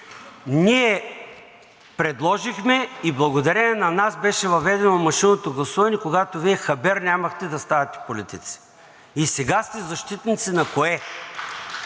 Ние предложихме и благодарение на нас беше въведено машинното гласуване, когато Вие хабер нямахте да ставате политици. И сега сте защитници на кое?